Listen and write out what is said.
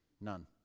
None